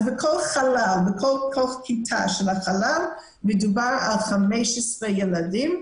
אז בכל חלל, בכל כיתה של החלל, מדובר על 15 ילדים.